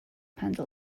handle